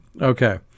Okay